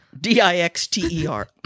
D-I-X-T-E-R